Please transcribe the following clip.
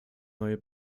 neue